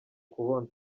kubona